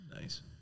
Nice